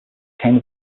came